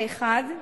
האחד,